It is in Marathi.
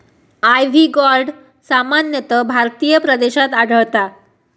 आयव्ही गॉर्ड सामान्यतः भारतीय प्रदेशात आढळता